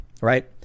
right